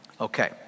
Okay